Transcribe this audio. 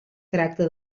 tracta